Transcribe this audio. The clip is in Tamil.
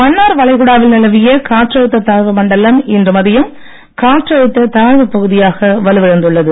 மன்னார் வளைகுடாவில் நிலவிய காற்றழுத்தத் தாழ்வு மண்டலம் இன்று மதியம் காற்றழுத்த தாழ்வு பகுதியாக வலுவிழந்துள்ளது